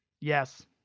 Yes